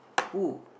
who